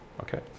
Okay